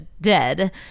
dead